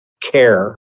care